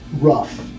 rough